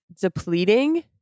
depleting